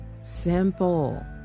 simple